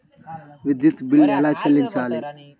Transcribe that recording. విద్యుత్ బిల్ ఎలా చెల్లించాలి?